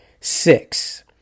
six